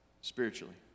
spiritually